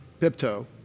Pipto